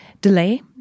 delay